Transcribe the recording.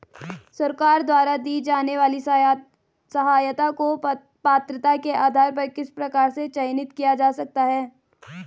सरकार द्वारा दी जाने वाली सहायता को पात्रता के आधार पर किस प्रकार से चयनित किया जा सकता है?